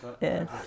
Yes